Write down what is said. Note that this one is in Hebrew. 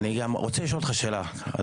אני גם רוצה לשאול אותך שאלה אדוני.